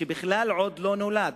שבכלל עוד לא נולדו?